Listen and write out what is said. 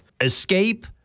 Escape